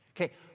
Okay